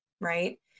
Right